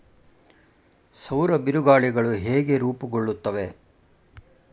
ಸೌರ ಬಿರುಗಾಳಿಗಳು ಹೇಗೆ ರೂಪುಗೊಳ್ಳುತ್ತವೆ?